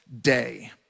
day